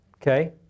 okay